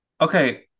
Okay